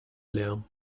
lärm